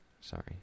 Sorry